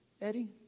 Eddie